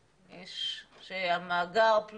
שאנחנו אומרים זה שלפני שהולכים להפעיל חומר נפץ